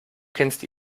kennst